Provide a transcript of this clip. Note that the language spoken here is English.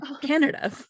Canada